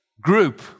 group